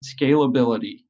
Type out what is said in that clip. Scalability